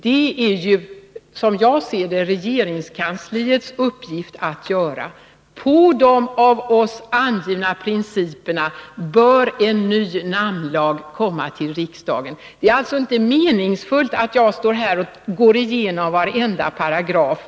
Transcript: Det är, som jag ser det, regeringskansliets uppgift att göra det. Enligt de av oss angivna principerna bör ett nytt förslag till namnlag utformas och överlämnas till riksdagen. Det är inte meningsfullt att jag står här och går igenom varenda paragraf.